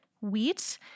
wheat